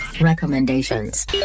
Recommendations